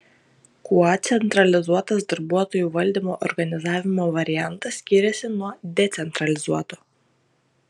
kuo centralizuotas darbuotojų valdymo organizavimo variantas skiriasi nuo decentralizuoto